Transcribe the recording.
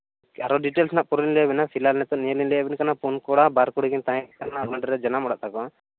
ᱟᱨᱚ ᱰᱤᱴᱮᱞᱥ ᱦᱟᱸᱜ ᱯᱚᱨᱮᱞᱤᱧ ᱞᱟᱹᱭᱮᱵᱤᱱᱟ ᱯᱷᱤᱞᱦᱟᱞ ᱱᱤᱛᱳᱜ ᱱᱤᱭᱟᱹ ᱞᱤᱧ ᱞᱟᱹᱭᱟᱵᱤᱱ ᱠᱟᱱᱟ ᱯᱩᱱ ᱠᱚᱲᱟ ᱵᱟᱨ ᱠᱩᱲᱤ ᱠᱤᱱ ᱛᱟᱦᱮᱸ ᱠᱟᱱᱟ ᱵᱷᱚᱜᱽᱱᱟᱰᱤ ᱨᱮ ᱡᱟᱱᱟᱢ ᱚᱲᱟᱜ ᱛᱟᱠᱚ